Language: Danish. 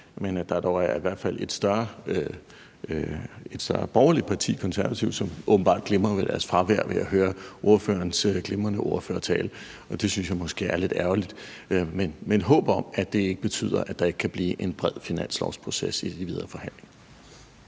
men at der dog i hvert fald er et større borgerligt parti, nemlig Konservative, som åbenbart glimrer ved deres fravær og ikke fik hørt ordførerens glimrende ordførertale, og det synes jeg måske er lidt ærgerligt. Men jeg har et håb om, at det ikke betyder, at der ikke kan blive en bred finanslovsproces i de videre forhandlinger.